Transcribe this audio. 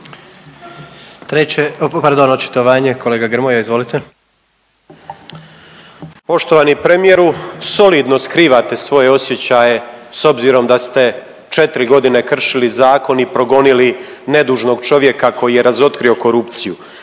Poštovani premijeru, solidno skrivate svoje osjećaje s obzirom da ste 4 godine kršili zakon i progonili nedužnog čovjeka koji je razotkrio korupciju,